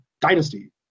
Dynasty